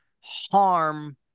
harm